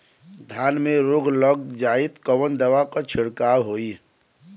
धान में रोग लग जाईत कवन दवा क छिड़काव होई?